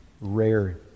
rare